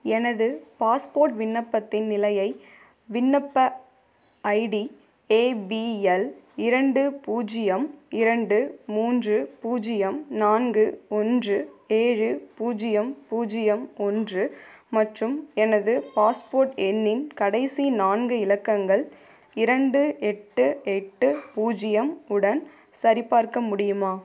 எனது பாஸ்போர்ட் விண்ணப்பத்தின் நிலையை விண்ணப்ப ஐடி ஏ பி எல் இரண்டு பூஜ்ஜியம் இரண்டு மூன்று பூஜ்ஜியம் நான்கு ஒன்று ஏழு பூஜ்ஜியம் பூஜ்ஜியம் ஒன்று மற்றும் எனது பாஸ்போர்ட் எண்ணின் கடைசி நான்கு இலக்கங்கள் இரண்டு எட்டு எட்டு பூஜ்ஜியம் உடன் சரிபார்க்க முடியுமா